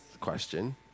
question